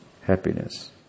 happiness